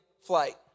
flight